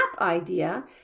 idea